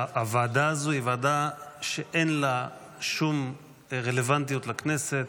הוועדה הזו היא ועדה שאין לה שום רלוונטיות לכנסת.